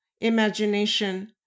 imagination